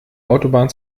autobahn